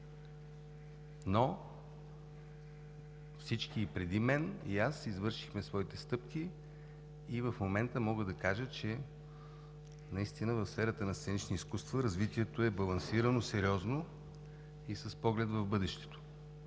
но всички преди мен и аз извършихме своите стъпки. В момента мога да кажа, че наистина в сферата на сценичните изкуства развитието е сериозно балансирано и с поглед в бъдещето.